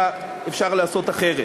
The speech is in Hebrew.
אפשר היה לעשות אחרת.